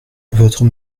votre